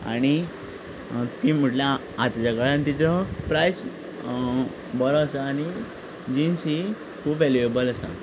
आनी तीं म्हणल्यार आतांच्या काळांत तिचो प्रायस बरो आसा आनी जिन्स हीं खूब वेल्युएबल आसा